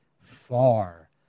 far